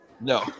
No